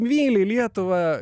myli lietuvą